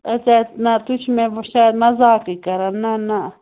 نہ تُہۍ چھُو مےٚ وۄنۍ شایِد مزاقٕے کران نہ نہ